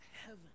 heaven